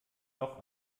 auch